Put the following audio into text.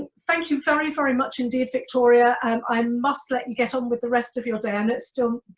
and thank you very, very much indeed, victoria um i must let you get on with the rest of your day i know and it's still,